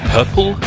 Purple